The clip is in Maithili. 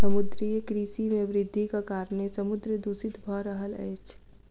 समुद्रीय कृषि मे वृद्धिक कारणेँ समुद्र दूषित भ रहल अछि